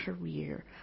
career